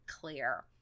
clear